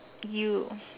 you